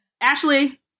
Ashley